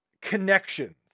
connections